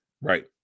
Right